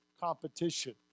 competition